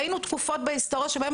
אני רציתי לשאול את ד"ר אסרף אם היו